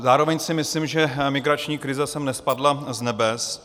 Zároveň si myslím, že migrační krize sem nespadla z nebes.